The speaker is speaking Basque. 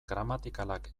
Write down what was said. gramatikalak